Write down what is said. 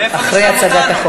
איפה זה שם אותנו?